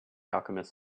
alchemist